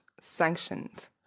sanctioned